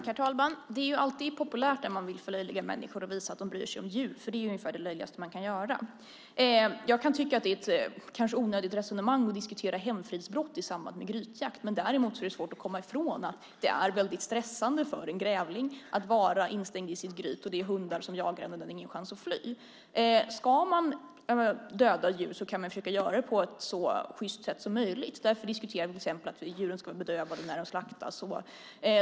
Herr talman! Det är ju alltid populärt när man vill förlöjliga människor som visar att de bryr sig om djur, för det är ungefär det löjligaste man kan göra. Jag kan tycka att det kanske är ett onödigt resonemang att diskutera hemfridsbrott i samband med grytjakt. Däremot är det svårt att komma ifrån att det är väldigt stressande för en grävling att vara instängd i sitt gryt när hundar jagar den och den inte har någonstans att fly. Ska man döda djur kan man försöka göra det på ett så sjyst sätt som möjligt. Det är därför vi diskuterar till exempel att djuren ska vara bedövade när de slaktas.